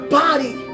body